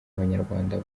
abanyarwanda